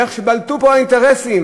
ואיך שהאינטרסים